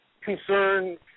concern